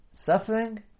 suffering